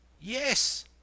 Yes